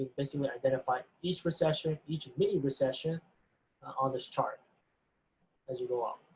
basically, identify each recession, each mini-recession on this chart as you go up.